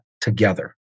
together